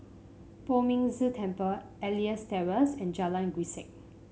Poh Ming Tse Temple Elias Terrace and Jalan Grisek